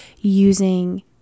using